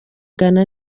ghana